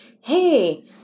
hey